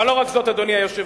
אבל לא רק זאת, אדוני היושב-ראש.